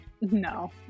No